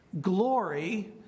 Glory